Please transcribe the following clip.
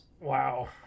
Wow